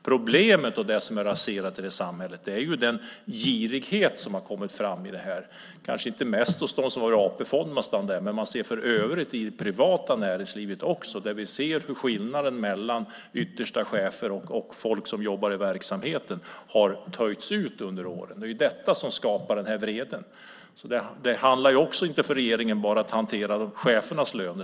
Problemet och det som har raserat förtroendet i samhället är ju den girighet som har kommit fram, kanske inte mest hos AP-fonderna för man ser också i det privata näringslivet hur skillnaden mellan yttersta chefer och folk som jobbar i verksamheten har tagits ut under åren. Det är ju detta som skapar den här vreden. Det handlar för regeringens del inte bara om att hantera chefernas löner.